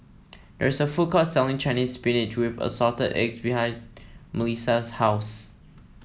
there is a food court selling Chinese Spinach with Assorted Eggs behind MelissiA's house